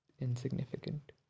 insignificant